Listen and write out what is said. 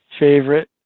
Favorite